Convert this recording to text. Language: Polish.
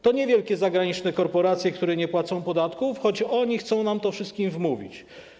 To nie są wielkie zagraniczne korporacje, które nie płacą podatków, choć oni chcą nam to wszystkim wmówić.